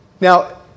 Now